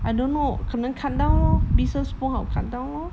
I don't know 可能 cut down lor business 不好 cut down lor